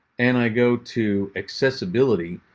and i go to accessibility,